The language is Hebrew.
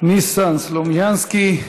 ניסן סלומינסקי.